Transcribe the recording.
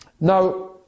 Now